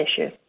issue